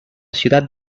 ciudad